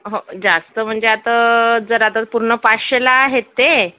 हो जास्त म्हणजे आता जरा तर पूर्ण पाचशेला आहेत ते